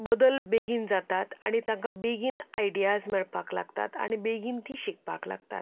बदल बेगीन जातात आनी तांकां बेगीन आयडियाज मेळपाक लागतात आनी बेगीन तीं शिकपाक लागतात